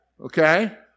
okay